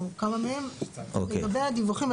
לגבי הדיווחים,